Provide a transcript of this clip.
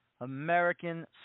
American